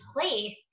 place